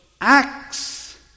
acts